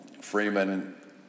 Freeman